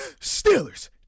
Steelers